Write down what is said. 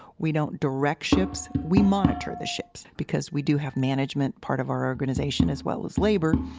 we don't direct ships. we monitor the ships because we do have management, part of our organization, as well as labor.